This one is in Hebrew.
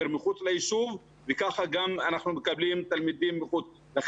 מחוץ לישוב ואנחנו גם מקבלים תלמידים שבאים